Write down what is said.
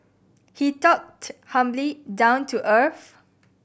he talked humbly down to earth